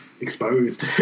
Exposed